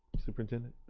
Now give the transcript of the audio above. superintendent.